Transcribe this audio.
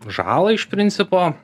žalą iš principo